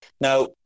Now